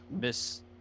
Miss